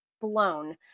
blown